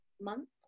month